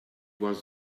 was